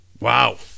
Wow